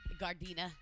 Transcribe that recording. Gardena